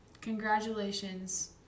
congratulations